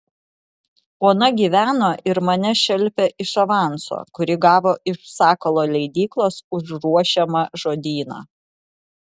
ona gyveno ir mane šelpė iš avanso kurį gavo iš sakalo leidyklos už ruošiamą žodyną